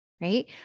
right